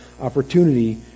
opportunity